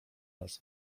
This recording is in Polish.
nas